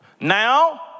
Now